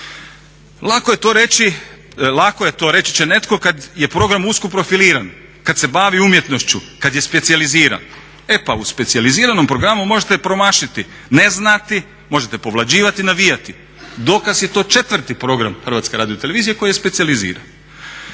Lako je to reći, lako je to reći će netko kada je program usko profiliran, kada se bavi umjetnošću, kada je specijaliziran. E pa u specijaliziranom programu možete promašiti, ne znati, može povlađivati, navijati. Dokaz je to četvrti program Hrvatske radiotelevizije koji je specijaliziran